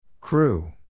Crew